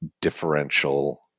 differential